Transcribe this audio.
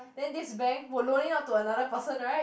then this bank will loan it out to another person right